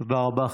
תודה רבה.